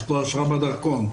יש לו אשרה בדרכון,